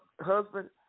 husband